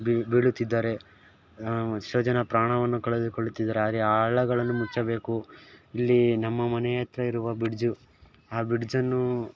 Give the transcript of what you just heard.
ಬೀಳು ಬೀಳುತ್ತಿದ್ದಾರೆ ಎಷ್ಟೋ ಜನ ಪ್ರಾಣವನ್ನು ಕಳೆದು ಕೊಳ್ಳುತ್ತಿದ್ದಾರೆ ಆದರೆ ಆ ಹಳ್ಳಗಳನ್ನು ಮುಚ್ಚಬೇಕು ಇಲ್ಲಿ ನಮ್ಮ ಮನೆ ಹತ್ತಿರ ಇರುವ ಬಿಡ್ಜು ಆ ಬಿಡ್ಜನ್ನು